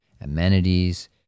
amenities